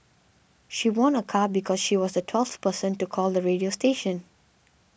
she won a car because she was the twelfth person to call the radio station